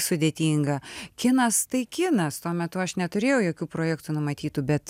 sudėtinga kinas tai kinas tuo metu aš neturėjau jokių projektų numatytų bet